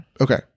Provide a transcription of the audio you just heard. Okay